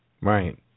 Right